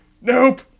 Nope